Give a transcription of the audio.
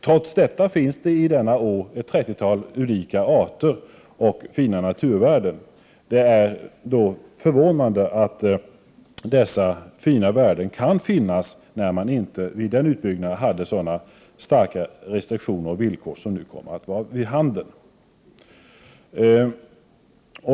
Trots detta finns det i denna å ett trettiotal unika arter och fina naturvärden. Det är då förvånande att dessa värden kan existera, då det vid denna utbyggnad inte fanns så hårda restriktioner och villkor som nu kommer att vara för handen.